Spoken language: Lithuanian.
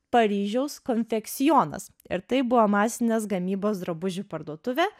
paryžiaus konfekcionas ir tai buvo masinės gamybos drabužių parduotuvė